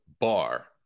Bar